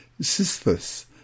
Sisyphus